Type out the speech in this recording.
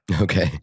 okay